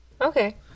Okay